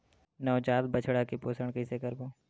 नवजात बछड़ा के पोषण कइसे करबो?